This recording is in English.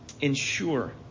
ensure